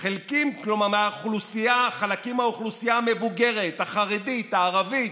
חלקים מהאוכלוסייה המבוגרת, החרדית, הערבית?